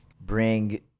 bring